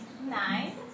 nine